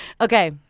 Okay